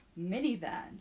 Minivan